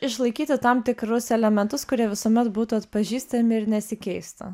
išlaikyti tam tikrus elementus kurie visuomet būtų atpažįstami ir nesikeistų